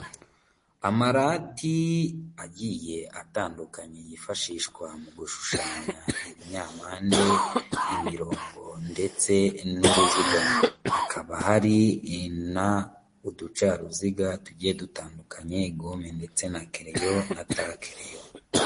Amarati agiye atandukanye yifashishwa mu gushushanya ibinyampande, imirongo, ndetse n'uruziga. Hakaba hari n'uducaruziga tugiye dutandukanye, gome, ndetse na kereyo na takereyo.